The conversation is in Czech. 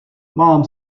mám